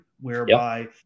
whereby